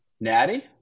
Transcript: Natty